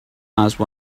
asked